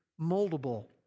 moldable